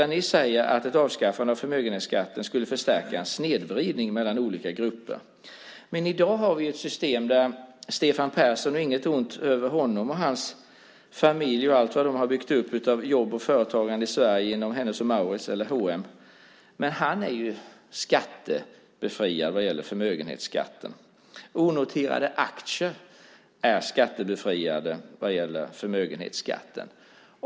Ni säger att ett avskaffande av förmögenhetsskatten skulle förstärka en snedvridning mellan olika grupper. Men i dag har vi ett system där Stefan Persson - inget ont om honom och hans familj och allt vad de har byggt upp av jobb och företagande i Sverige inom Hennes & Mauritz eller H&M - är skattebefriad vad gäller förmögenhetsskatten. Onoterade aktier är skattebefriade vad gäller förmögenhetsskatten.